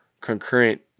concurrent